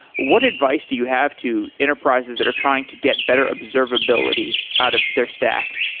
what advice do you have to enterprises that are trying to get better observability out of their stack?